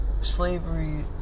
slavery